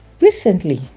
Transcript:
recently